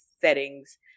settings